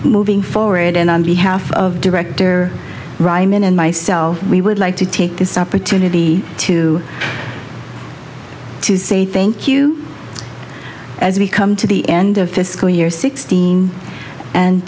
moving forward and on behalf of director rhymin and myself we would like to take this opportunity to say thank you as we come to the end of fiscal year sixteen and